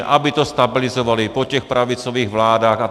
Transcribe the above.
Aby to stabilizovali po těch pravicových vládách.